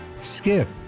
Skip